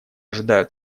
ожидаю